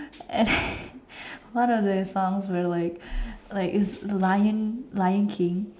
and one of the songs were like like it's lion lion king